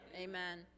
Amen